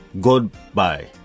goodbye